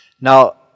Now